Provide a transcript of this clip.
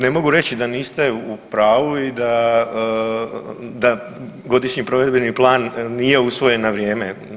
Ne mogu reći da niste u pravu i da, da godišnji provedbeni plan nije usvojen na vrijeme.